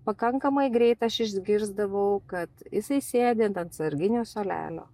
pakankamai greit aš išgirsdavau kad jisai sėdi ant atsarginių suolelio